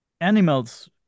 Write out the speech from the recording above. animals